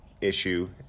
issue